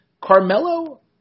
Carmelo